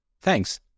Thanks